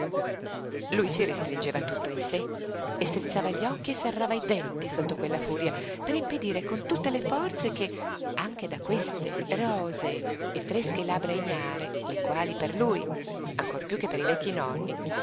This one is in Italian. lui si restringeva tutto in sé e strizzava gli occhi e serrava i denti sotto quella furia per impedire con tutte le forze che anche da queste rosee e fresche labbra ignare le quali per lui ancor piú che per i vecchi nonni